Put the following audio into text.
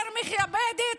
יותר מכבדת?